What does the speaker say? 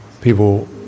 people